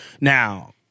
Now